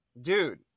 Dude